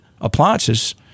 appliances